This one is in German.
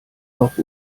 noch